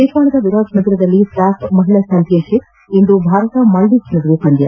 ನೇಪಾಳದ ವಿರಾಟ್ ನಗರದಲ್ಲಿ ಸ್ಯಾಫ್ ಮಹಿಳಾ ಚಾಂಪಿಯನ್ ಶಿಪ್ ಇಂದು ಭಾರತ ಹ ಮಾಲ್ಡೀವ್ಸ್ ನಡುವೆ ಪಂದ್ಯ